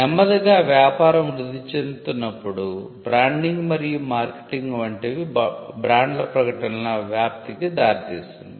నెమ్మదిగా వ్యాపారం వృద్ధి చెందుతున్నప్పుడు బ్రాండింగ్ మరియు మార్కెటింగ్ వంటివి బ్రాండ్ల ప్రకటనల వ్యాప్తికి దారితీసింది